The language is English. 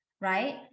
right